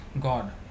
God